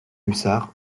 hussard